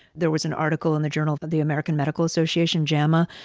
there was an article in the journal of the american medical association, jama,